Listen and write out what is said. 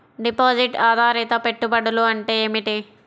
Deposit ఆధారిత పెట్టుబడులు అంటే ఏమిటి?